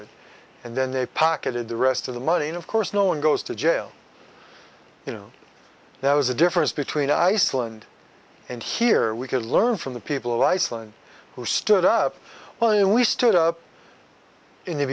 it and then they pocketed the rest of the money and of course no one goes to jail you know that was the difference between iceland and here we can learn from the people of iceland who stood up well and we stood up in the